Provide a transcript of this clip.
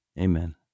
Amen